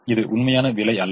இது உண்மையான விலை அல்ல